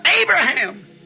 Abraham